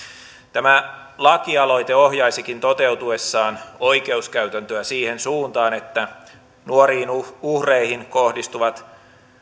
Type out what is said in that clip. tämä lakialoite ohjaisikin toteutuessaan oikeuskäytäntöä siihen suuntaan että nuoriin uhreihin kohdistuvat